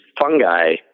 fungi